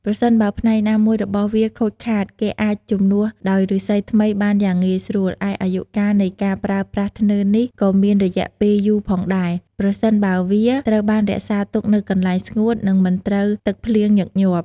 ប្រសិនបើ ផ្នែកណាមួយរបស់វាខូចខាត គេអាចជំនួសដោយឬស្សីថ្មីបានយ៉ាងងាយស្រួល ឯអាយុកាលនៃការប្រើប្រាស់ធ្នើរនេះក៏មានរយៈពេលយូរផងដែរ ប្រសិនបើវាត្រូវបានរក្សាទុកនៅកន្លែងស្ងួត និងមិនត្រូវទឹកភ្លៀងញឹកញាប់។